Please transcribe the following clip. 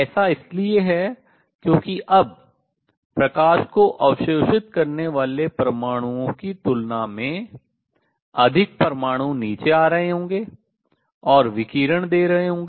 ऐसा इसलिए है क्योंकि अब प्रकाश को अवशोषित करने वाले परमाणुओं की तुलना में अधिक परमाणु नीचे आ रहे होंगे और विकिरण दे रहे होंगे